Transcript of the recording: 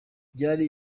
byari